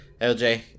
LJ